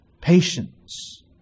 patience